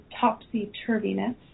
topsy-turviness